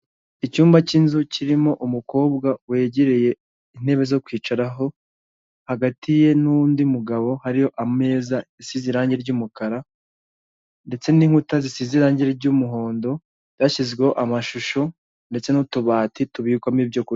Icyumba cy'inzu kirimo umukobwa wegereye intebe zo kwicaraho, hagati ye n'undi mugabo hari ameza asize irangi ry'umukara ndetse n'inkuta zisize irangi ry'umuhondo byashyizweho amashusho ndetse n'utubati tubikwamo ibyo kurya.